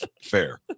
Fair